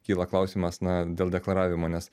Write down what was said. kyla klausimas na dėl deklaravimo nes